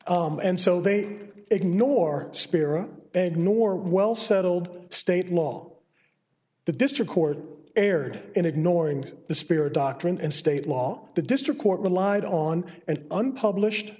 and so they ignore spira and nor well settled state law the district court erred in ignoring the spirit doctrine and state law the district court relied on an unpublished